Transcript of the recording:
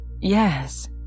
yes